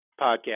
podcast